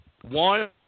one